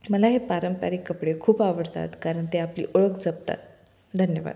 मला हे पारंपारिक कपडे खूप आवडतात कारण ते आपली ओळख जपतात धन्यवाद